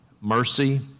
mercy